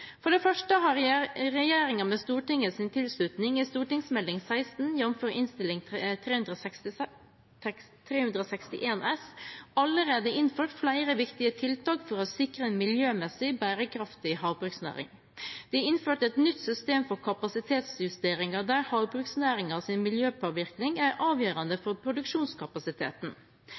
For det første har regjeringen med Stortingets tilslutning i Meld. St. l6 for 2014–2015, jf. Innst. 361 S for 2014–2015, allerede innført flere viktige tiltak for å sikre en miljømessig bærekraftig havbruksnæring. Det er innført et nytt system for kapasitetsjusteringer der havbruksnæringens miljøpåvirkning er avgjørende for produksjonskapasiteten.